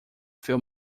few